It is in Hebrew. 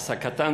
העסקתן